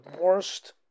worst